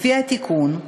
לפי התיקון,